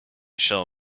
shall